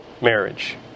marriage